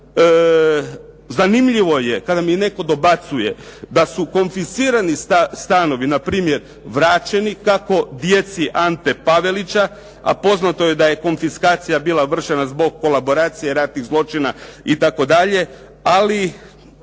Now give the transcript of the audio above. Zanimljivo je, tada mi netko dobacuje, da su konfiscirani stanovi na primjer vraćeni kako djeci Ante Pavelića a poznato je da se konfiskacija bila vršena zbog kolaboracije ratnih zločina itd.